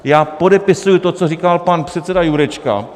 Já podepisuji to, co říkal pan předseda Jurečka.